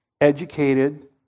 educated